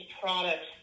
products